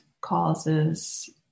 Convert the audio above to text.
causes